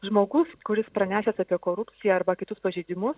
žmogus kuris pranešęs apie korupciją arba kitus pažeidimus